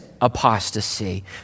apostasy